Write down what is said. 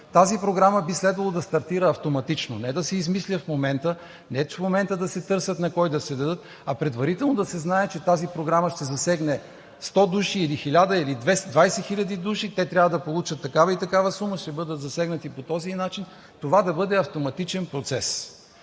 тази програма би следвало да се стартира автоматично – не да се измисля в момента, не в момента да се търсят на кого да се дадат, а предварително да се знае, че тази програма ще засегне 100 души, 1000 или 20 000 души – те трябва да получат такава и такава сума, ще бъдат засегнати по този начин и това да бъде автоматичен процес.